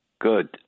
Good